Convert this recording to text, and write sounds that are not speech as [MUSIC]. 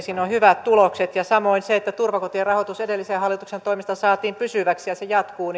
[UNINTELLIGIBLE] siinä on hyvät tulokset ja samoin se on hieno asia että turvakotien rahoitus edellisen hallituksen toimesta saatiin pysyväksi ja se jatkuu [UNINTELLIGIBLE]